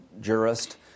jurist